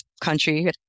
country